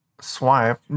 Swipe